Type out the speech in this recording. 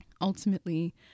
Ultimately